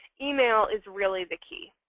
email is really the key.